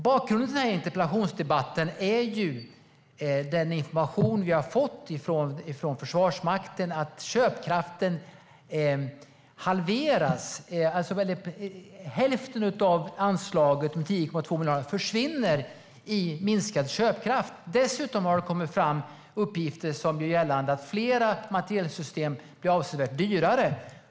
Bakgrunden till denna interpellationsdebatt är den information vi har fått från Försvarsmakten, nämligen att köpkraften halveras. Hälften av anslaget på 10,2 miljarder försvinner i minskad köpkraft. Dessutom har det kommit fram uppgifter som gör gällande att flera materielsystem blir avsevärt dyrare.